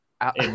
out